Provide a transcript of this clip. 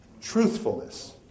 Truthfulness